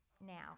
now